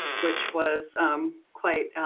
which was um quite